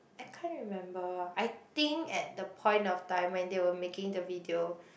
I can't remember I think at the point of time when they were making the video